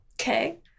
okay